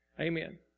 Amen